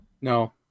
No